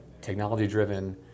technology-driven